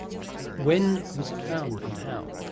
when was it found and how?